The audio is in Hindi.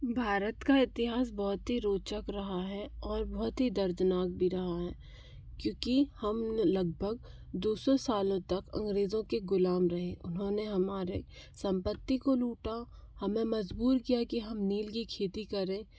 भारत का इतिहास बहुत ही रोचक रहा है और बहुत ही दर्दनाक भी रहा है क्योंकि हम ने लगभग दो सौ सालों तक अंग्रेज़ों के ग़ुलाम रहें उन्होंने हमारी संपत्ति को लूटा हमें मजबूर किया कि हम नील की खेती करें और